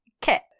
kit